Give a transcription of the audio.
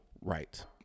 right